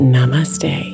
Namaste